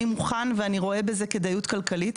אני מוכן ואני רואה בזה כדאיות כלכליות.